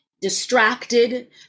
distracted